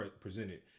presented